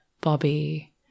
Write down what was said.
Bobby